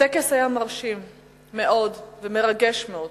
הטקס היה מרשים מאוד ומרגש מאוד.